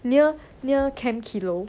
near near camp kilo